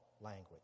language